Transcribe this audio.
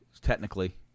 technically